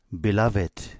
Beloved